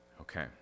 Okay